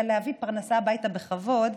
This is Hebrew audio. אלא להביא פרנסה הביתה בכבוד.